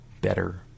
better